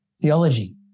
theology